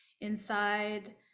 inside